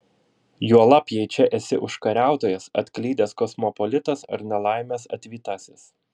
juolab jei čia esi užkariautojas atklydęs kosmopolitas ar nelaimės atvytasis